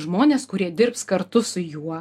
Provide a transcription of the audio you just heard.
žmones kurie dirbs kartu su juo